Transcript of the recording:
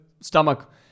stomach